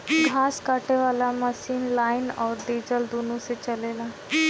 घास काटे वाला मशीन लाइन अउर डीजल दुनों से चलेला